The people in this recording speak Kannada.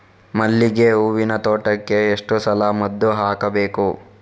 ಮಲ್ಲಿಗೆ ಹೂವಿನ ತೋಟಕ್ಕೆ ಎಷ್ಟು ಸಲ ಮದ್ದು ಹಾಕಬೇಕು?